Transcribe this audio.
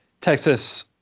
Texas